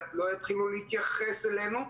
לא יתחילו להתייחס אלינו,